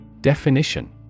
Definition